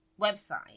website